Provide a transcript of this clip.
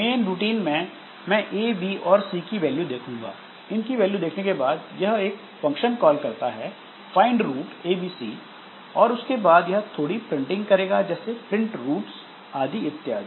main routine में मैं A B और सी की वैल्यू देखूंगा इन की वैल्यू देखने के बाद यह एक फंक्शन कॉल करता है find root a b c और उसके बाद यह थोड़ी प्रिंटिंग करेगा जैसे प्रिंट रूट्स आदि इत्यादि